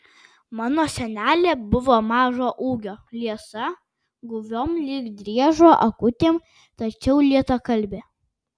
mano senelė buvo mažo ūgio liesa guviom lyg driežo akutėm tačiau lėtakalbė